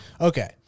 Okay